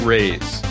Raise